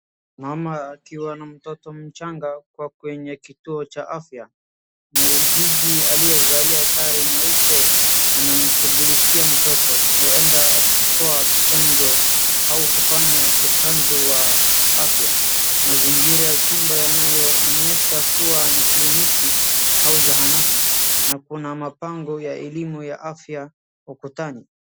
Mama akiwa na mtoto mchanga kwenye kituo cha afya. Muuguzi aliyevalia sare nyeupe anamshughulikia mtoto. Huenda akitoa chanjo, au kufanya ukanzu wa afya. Mazingira ya chumba yanayoonyesha kuwa ni kliniki au zahanati, na kuna mapango ya elimu ya afya ukutani.